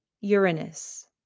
Uranus